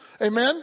Amen